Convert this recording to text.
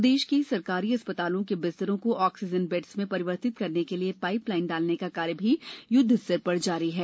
प्रदेश के सरकारी अस्पतालों के बिस्तरों को ऑक्सीजन बेड्स में परिवर्तित करने के लिए पाइप लाइन डालने का कार्य भी युद्ध स्तर पर जारी है